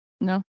no